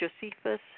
Josephus